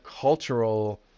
cultural